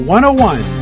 101